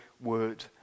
word